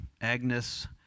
Agnes